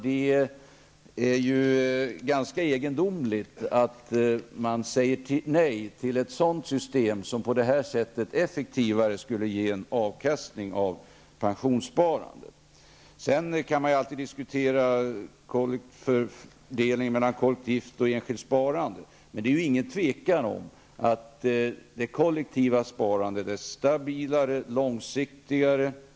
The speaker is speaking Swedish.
Det är ganska egendomligt att man säger nej till ett system som på det sättet effektivare skulle ge en avkastning av pensionssparandet. Fördelningen mellan kollektivt och enskilt sparande kan alltid diskuteras. Men det är ingen tvekan om att det kollektiva sparandet är stabilare och långsiktigare.